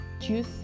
juice